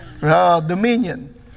dominion